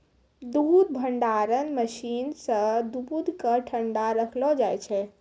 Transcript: दूध भंडारण मसीन सें दूध क ठंडा रखलो जाय छै